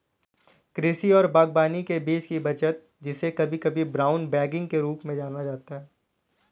कृषि और बागवानी में बीज की बचत जिसे कभी कभी ब्राउन बैगिंग के रूप में जाना जाता है